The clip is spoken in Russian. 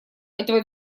этого